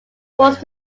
forced